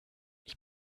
ich